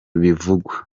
bivugwa